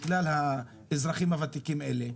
לכלל האזרחים הותיקים האלה,